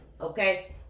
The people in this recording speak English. Okay